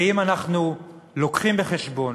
ואם אנחנו לוקחים בחשבון,